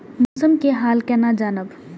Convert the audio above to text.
मौसम के हाल केना जानब?